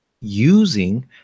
using